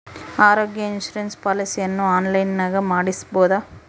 ಆರೋಗ್ಯ ಇನ್ಸುರೆನ್ಸ್ ಪಾಲಿಸಿಯನ್ನು ಆನ್ಲೈನಿನಾಗ ಮಾಡಿಸ್ಬೋದ?